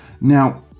Now